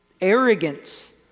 arrogance